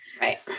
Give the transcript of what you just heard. Right